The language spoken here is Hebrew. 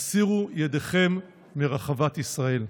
הסירו ידיכם מרחבת ישראל.